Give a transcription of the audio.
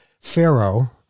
Pharaoh